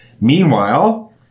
Meanwhile